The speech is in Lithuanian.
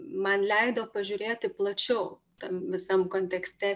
man leido pažiūrėti plačiau tam visam kontekste